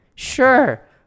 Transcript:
sure